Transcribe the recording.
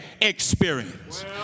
experience